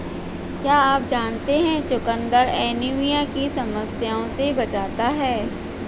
क्या आप जानते है चुकंदर एनीमिया की समस्या से बचाता है?